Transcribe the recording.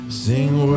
sing